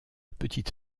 petite